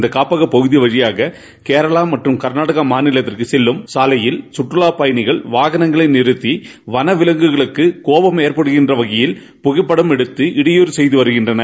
இந்த காப்பக பகுதி வழியாக கேரளா மற்றும் கர்நாடக மாநிலத்திற்கு செல்லும் சாலையில் கற்றலாப்பயணிகள் வாகனங்களை நிறுத்தி வன விலங்குகளுக்கு கோபம் ஏற்படுகின்ற வகையில் புகைப்படம் எடுத்து இடையூறு செய்துவருகின்றனர்